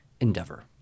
endeavor